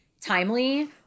timely